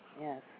Yes